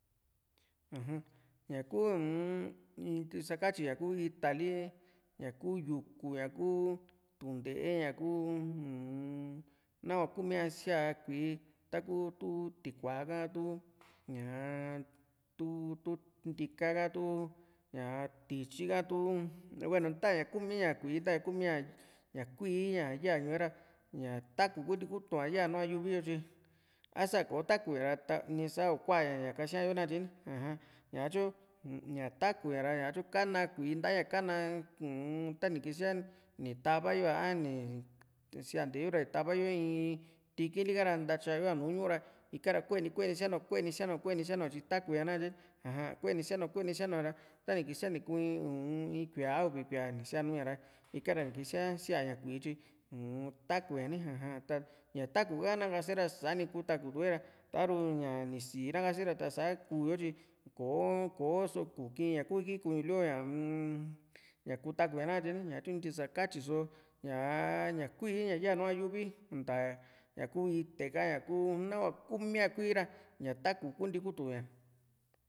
uju ña kuu u-n ntisaktyi ña ku itali ñaku yuku ña ku tunte´e ña ku uu-m nahua kumíaa síá kui´i taku tu tikù´a ka tu ñaa tu tu ntíka ha tu ñaa tityi ha tu hueno ntaaña kuu mía kui´i ntaña kuu mía ña kuíí ña ya ñuu´e ra ña taku kunti kutu ñanuu a yuvi yo tyi a´sa ko takuña ra ni sa u´kuaña ñá kasíayo nakatye ni aja ñatyo ña taku ña´ra ña tyo ka´na kui´i nta´a ña ka´na uu-n tani kisía ni tava yo a ni siante yo ra ni tava yo in tikili kara ntatya yo nú ñu´ù ikara kueni kueni sianu kueni sianu kueni sianu´a tyi taku ña nkatye ni ja kueni sianuá kueni sainu´a ra tani kisia nu ku in kuía a uvi kuía ra ni síanu ña ra ikara ni kisía sía´ña kui´i tyi uu- n taku ña ni aja ta ña táku kase ra sani kutaku tu´e ra ta´ru ña ni sii na kase ra s´a ku´yo tyi kò´o ko´so kuki´ña ku iki kuñu lio ñaa-m ñakutaña nakatye ni ñatyu ntisakatyi só ña´a ña kuíí ña ya nu´a yuvi ntaña ku ite ka ña kuu nahua kumiá kuíí ra ña taku kunti kutuña